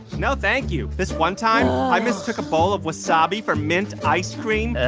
no thank you. this one time, i mistook a bowl of wasabi for mint ice cream.